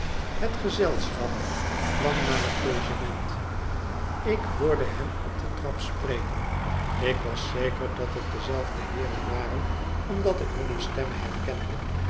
het gezelschap kwam naar het logement ik hoorde hen op de trap spreken ik was zeker dat het dezelfde heeren waren omdat ik hunne stemmen herkende